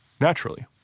Naturally